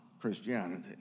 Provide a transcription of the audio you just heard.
Christianity